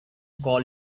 call